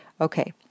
Okay